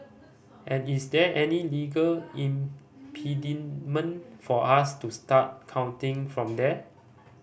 and is there any legal impediment for us to start counting from there